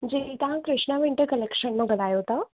जी तव्हां Krishna winter collection मां ॻाल्हायो था